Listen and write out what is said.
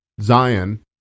Zion